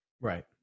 right